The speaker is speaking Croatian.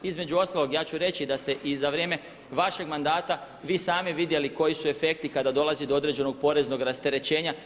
Između ostalog ja ću reći da ste i za vrijeme vašeg mandata vi sami vidjeli koji su efekti kada dolazi do određenog poreznog rasterećenja.